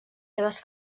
seves